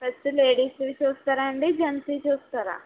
first లేడీస్వి చుస్తారాండి జెంట్స్వి చూస్తారా